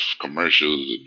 commercials